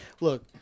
look